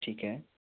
ठीक है